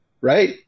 right